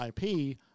IP